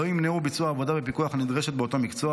לא ימנע ביצוע עבודה בפיקוח הנדרשת באותו מקצוע.